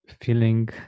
feeling